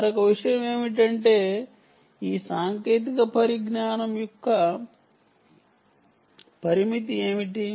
మరొక విషయం ఏమిటంటే ఈ సాంకేతిక పరిజ్ఞానం యొక్క పరిమితి ఏమిటి